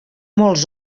molts